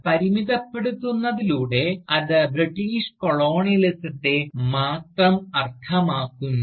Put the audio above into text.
പരിമിതപ്പെടുത്തുന്നതിലൂടെ അത് ബ്രിട്ടീഷ് കൊളോണിയലിസത്തെ മാത്രം അർത്ഥമാക്കുന്നു